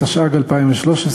התשע"ג 2013,